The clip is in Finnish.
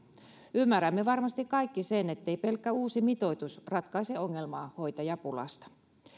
ymmärrämme varmasti kaikki sen ettei pelkkä uusi mitoitus ratkaise ongelmaa hoitajapulasta